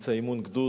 באמצע אימון גדוד,